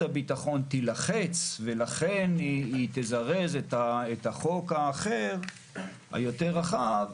הביטחון תילחץ ולכן היא תזרז את החוק האחר היותר רחב,